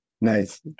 Nice